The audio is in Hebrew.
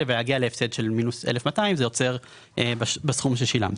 ולהגיע להפסד של 1,200- ₪; זה עוצר בסכום ששילמת.